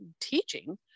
teaching